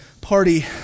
party